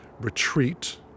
retreat